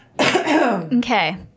okay